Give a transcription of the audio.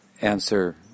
answer